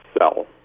Sell